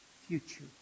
future